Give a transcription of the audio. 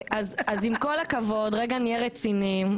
בואו נהיה רציניים.